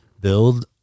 build